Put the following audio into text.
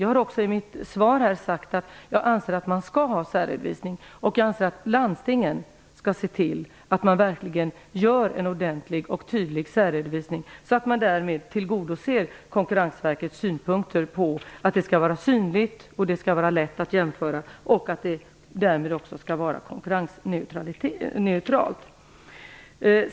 Jag har i mitt svar sagt att jag tycker att man skall ha särredovisning och att landstingen skall se till att man verkligen gör en ordentlig och tydlig särredovisning så att man därmed tillgodoser Konkurrensverkets synpunkter på att det hela skall vara synligt, det skall vara lätt att jämföra och konkurrensneutralt.